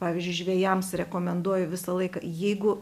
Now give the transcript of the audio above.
pavyzdžiui žvejams rekomenduoju visą laiką jeigu